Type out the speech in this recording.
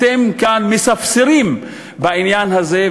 אתם כאן מספסרים בעניין הזה,